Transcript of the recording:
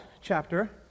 chapter